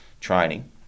training